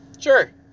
Sure